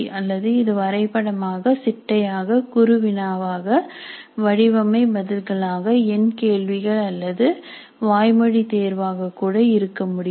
அல்லது இது வரைபடமாக சிட்டையாக குரு வினாவாக வடிவமை பதில்களாக எண் கேள்விகள் அல்லது வாய்மொழி தேர்வாக கூட இருக்க முடியும்